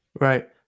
right